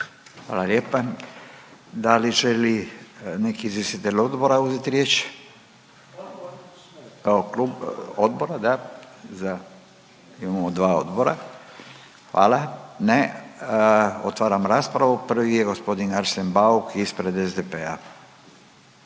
Hvala lijepa. Da li želi neki izvjestitelj odbora uzeti riječ? Kao klub, odbora da? Imamo dva odbora. Hvala. Ne? Otvaram raspravu. Prvi je gospodin Arsen Bauk ispred SDP-a,